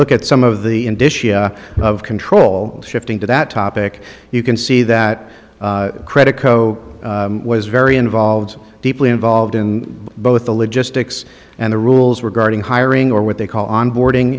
look at some of the indicia of control shifting to that topic you can see that credico was very involved deeply involved in both the logistics and the rules regarding hiring or what they call on boarding